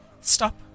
stop